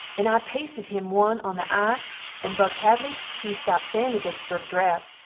and i paisted him one on the eye and bug hadley he stopt sayin the getysberg adress,